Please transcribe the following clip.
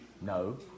No